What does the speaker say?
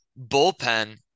bullpen